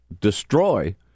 destroy